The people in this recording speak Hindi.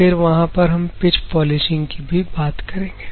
फिर वहां पर हम पिच पॉलिशिंग की भी बात करेंगे